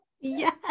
Yes